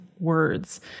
Words